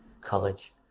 college